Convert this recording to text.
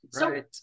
Right